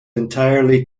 entirely